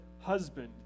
husband